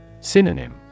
Synonym